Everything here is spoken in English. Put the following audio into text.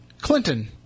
Clinton